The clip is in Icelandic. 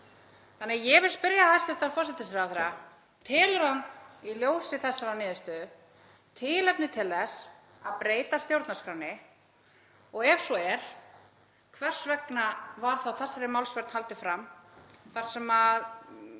úrræði. Ég vil spyrja hæstv. forsætisráðherra: Telur hann í ljósi þessarar niðurstöðu tilefni til þess að breyta stjórnarskránni og ef svo er, hvers vegna var þá þessari málsvörn haldið fram þar sem —